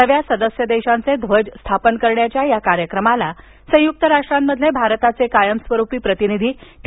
नव्या सदस्य देशांचे ध्वज स्थापन करण्याच्या या कार्यक्रमाला संयुक्त राष्ट्रांमधले भारताचे कायमस्वरूपी प्रतिनिधी टी